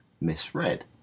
misread